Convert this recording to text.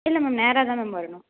இல்லை மேம் நேராக தான் மேம் வரணும்